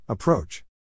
Approach